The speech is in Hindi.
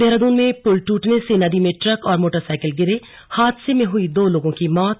देहरादून में पुल ट्रटने से नदी में ट्रक और मोटरसाइकिल गिरेहादसे में हई दो लोगों की मौत